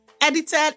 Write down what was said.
edited